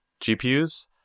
gpus